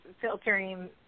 filtering